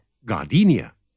Gardenia